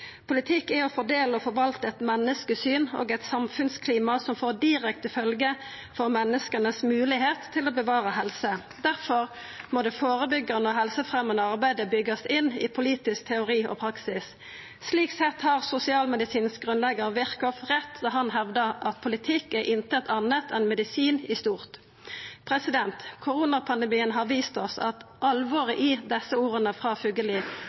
Politikk er å fordela og forvalta eit menneskesyn og eit samfunnsklima som får direkte følgjer for menneska si moglegheit til å bevara helse. Derfor må det førebyggjande og helsefremjande arbeidet byggjast inn i politisk teori og praksis. Slik sett hadde sosialmedisinens grunnleggjar Virchow rett da han hevda at politikk ikkje er noko anna enn medisin i stort. Koronapandemien har vist oss alvoret i desse orda frå